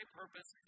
purpose